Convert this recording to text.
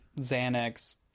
Xanax